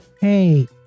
Hey